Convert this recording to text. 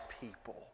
people